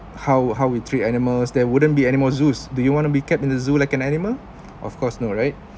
how how we treat animals there wouldn't be animal zoos do you wanna be kept in the zoo like an animal of course no right